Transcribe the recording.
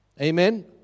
Amen